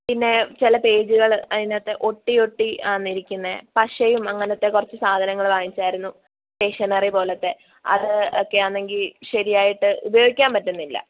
പിന്നേ ചില പേജുകള് അതിനകത്ത് ഒട്ടിയൊട്ടി ആണ് ഇരിക്കുന്നത് പശയും അങ്ങനത്ത കുറച്ച് സാധനങ്ങൾ വാങ്ങിച്ചായിരുന്നു സ്റ്റേഷനറി പോലത്തെ അത് ഒക്കെ ആണെങ്കിൽ ശരിയായിട്ട് ഉപയോഗിക്കാൻ പറ്റുന്നില്ല